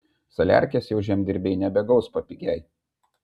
saliarkės jau žemdirbiai nebegaus papigiaj